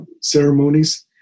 ceremonies